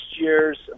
year's